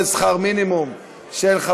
אצלי לא,